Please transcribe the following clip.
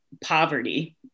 poverty